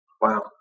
Wow